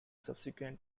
subsequent